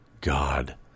God